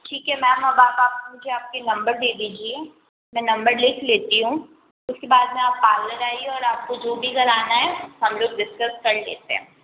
ठीक है मैम अब आप मुझे आपके नंबर दे दीजिए मैं नंबर लिख लेती हूँ उसके बाद आप पार्लर आइये आपको जो भी कराना है हम लोग डिस्कस कर लेते हैं